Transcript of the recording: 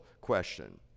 question